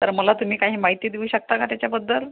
तर मला तुम्ही काही माहिती देऊ शकता का त्याच्याबद्दल